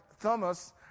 Thomas